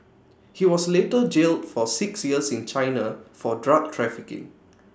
he was later jailed for six years in China for drug trafficking